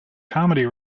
comedy